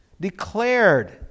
declared